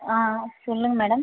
ஆ சொல்லுங்கள் மேடம்